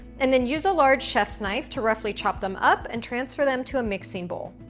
and then use a large chef's knife to roughly chop them up and transfer them to a mixing bowl.